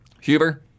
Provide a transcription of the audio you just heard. Huber